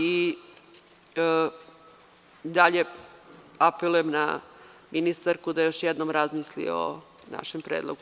I dalje apelujem na ministarku da još jednom razmisli o našem predlogu.